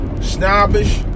snobbish